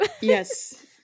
Yes